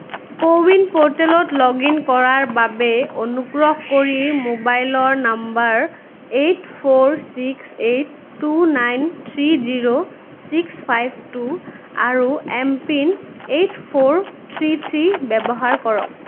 কো win প'ৰ্টেলত log in কৰাৰ বাবে অনুগ্ৰহ কৰি mobile number eight four six eight two nine three zero six five two আৰু MPIN eight four three three ব্যৱহাৰ কৰক